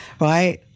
right